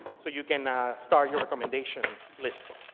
so you can start your recommendation list.